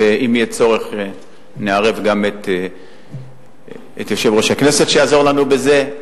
ואם יהיה צורך נערב גם את יושב-ראש הכנסת שיעזור לנו בזה,